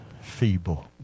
feeble